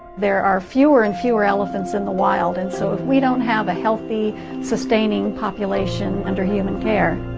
there are fewer and fewer elephants in the wild. and so if we don't have a healthy sustaining population under human care,